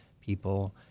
people